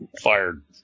fired